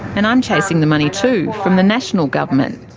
and i'm chasing the money too, from the national government.